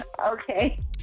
okay